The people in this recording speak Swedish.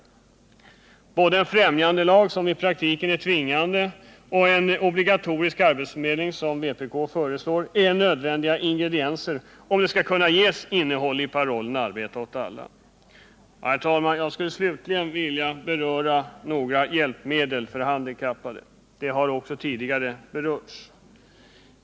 Det fordras både en främjandelag som i praktiken är tvingande och en obligatorisk arbetsförmedling, som vpk föreslår, om det skall kunna ges innehåll åt parollen arbete åt alla. Herr talman! Jag skulle slutligen vilja säga något om hjälpmedel för handikappade, en sak som också berörts tidigare.